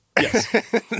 Yes